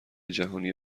جهانی